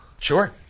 Sure